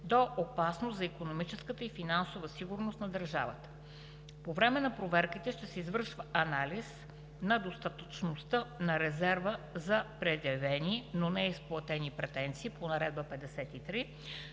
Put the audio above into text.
до опасност за икономическата и финансовата сигурност на държавата. По време на проверките ще се извършва анализ на достатъчността на резерва за предявени, но неизплатени претенции по Наредба №